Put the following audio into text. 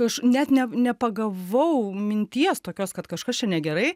aš net ne nepagavau minties tokios kad kažkas čia negerai